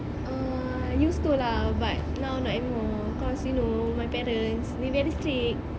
uh used to lah but now not anymore cause you know my parents they very strict